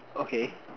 okay